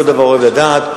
כל דבר אוהב לדעת,